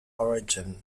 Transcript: origin